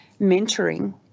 mentoring